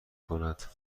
کند